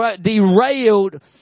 derailed